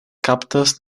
kaptas